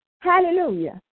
Hallelujah